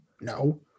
no